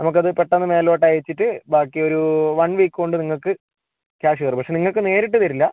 നമുക്കത് പെട്ടെന്ന് മുകളിലോട്ടയച്ചിട്ട് ബാക്കിയൊരു വൺ വീക്ക് കൊണ്ട് നിങ്ങൾക്ക് ക്യാഷ് കേറും പക്ഷെ നിങ്ങൾക്ക് നേരിട്ട് തരില്ല